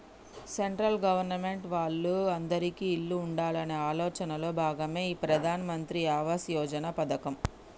central government వాళ్ళు అందిరికీ ఇల్లు ఉండాలనే ఆలోచనలో భాగమే ఈ ప్రధాన్ మంత్రి ఆవాస్ యోజన పథకం